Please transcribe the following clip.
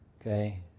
Okay